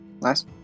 Nice